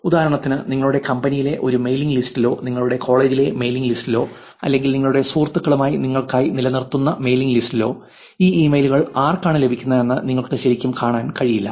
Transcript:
ഉദാഹരണത്തിന് നിങ്ങളുടെ കമ്പനിയിലെ ഒരു മെയിലിംഗ് ലിസ്റ്റിലോ നിങ്ങളുടെ കോളേജിലെ മെയിലിംഗ് ലിസ്റ്റിലോ അല്ലെങ്കിൽ നിങ്ങളുടെ സുഹൃത്തുക്കളുമായി നിങ്ങൾക്കായി നിലനിർത്തുന്ന മെയിലിംഗ് ലിസ്റ്റിലോ ഈ ഇമെയിലുകൾ ആർക്കാണ് ലഭിക്കുന്നതെന്ന് നിങ്ങൾക്ക് ശരിക്കും കാണാൻ കഴിയില്ല